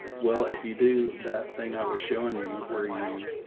well, if you do that thing, i was showing you where you,